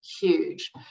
huge